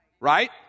Right